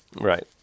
Right